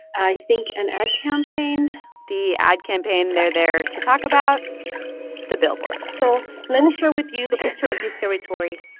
i think, an ad campaign the ad campaign they're there to talk about the billboard so let me share with you the history of this territory.